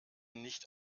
nicht